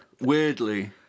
weirdly